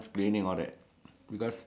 cleaning all that because